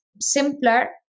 simpler